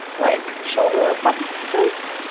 like shoulder presses.